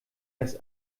das